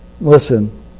Listen